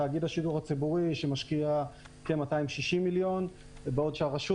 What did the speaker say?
תאגיד הציבורי שמשקיע כ-260 מיליון בעוד שהרשות